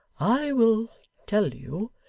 i will tell you,